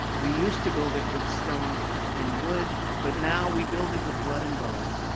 we used to build it with stone and wood. but now, we build it with blood and bone,